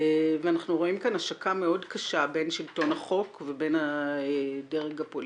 אנחנו רואים כאן השקה מאוד קשה בין שלטון החוק ובין הדרג הפוליטי,